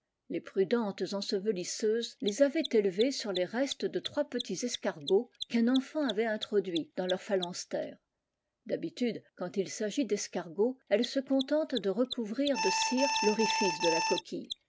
les prudentes ensevelisseuses les avaient élevées sur les restes de trois petits escargots qu'un enfant avait introduits dans leur phalanstère d'habide quand il s'agit d'escargots elles se contenit de recouvrir de cire l'orifice de la coquille